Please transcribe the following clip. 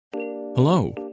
Hello